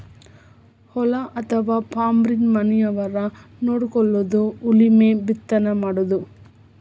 ಹೊಲಾ ಅಥವಾ ಪಾರ್ಮನ ಮನಿಯವರ ನೊಡಕೊಳುದು ಉಳುಮೆ ಬಿತ್ತನೆ ಮಾಡುದು